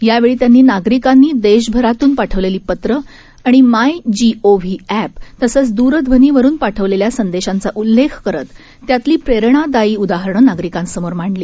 यावेळीमोदीयांनीनागरिकांनीदेशभरतूनपाठवलेलीपत्र आणिमायजीओव्हीअँप तसंचदूरध्वनीवरूनपाठवलेल्यासंदेशांचाउल्लेखकरत त्यातलीप्रेरणादायीउदाहरणंनागरिकांसमोरमांडली